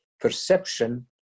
perception